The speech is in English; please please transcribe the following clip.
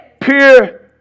pure